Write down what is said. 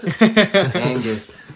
Angus